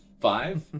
five